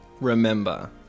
Remember